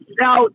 now